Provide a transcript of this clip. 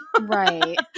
right